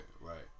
right